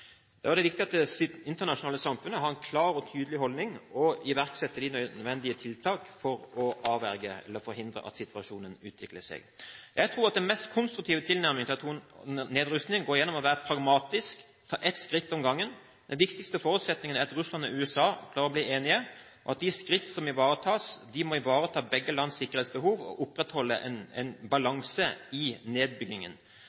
Det er viktig at det internasjonale samfunnet har en klar og tydelig holdning, og iverksetter de nødvendige tiltak for å avverge eller forhindre at situasjonen utvikler seg. Jeg tror at den mest konstruktive tilnærmingen til atomvåpennedrustning går gjennom det å være pragmatisk, ta ett skritt om gangen. Den viktigste forutsetningen er at Russland og USA klarer å bli enige, at de skritt som tas, må ivareta begge lands sikkerhetsbehov og opprettholde en